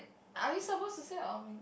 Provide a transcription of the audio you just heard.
are you suppose to say or me